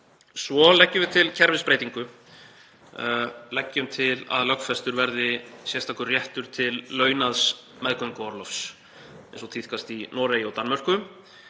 Svo leggjum við til kerfisbreytingu, leggjum til að lögfestur verði sérstakur réttur til launaðs meðgönguorlofs eins og tíðkast í Noregi og Danmörku,